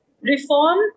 reform